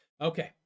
Okay